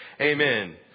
Amen